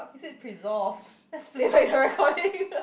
you said presolved let's play back the recording